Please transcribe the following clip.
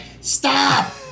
stop